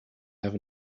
have